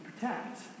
protect